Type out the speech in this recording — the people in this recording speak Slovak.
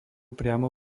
priamo